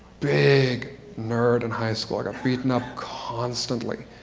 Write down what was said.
big nerd in high school. i got beaten up constantly.